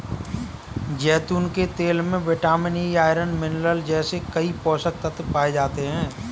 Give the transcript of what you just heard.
जैतून के तेल में विटामिन ई, आयरन, मिनरल जैसे कई पोषक तत्व पाए जाते हैं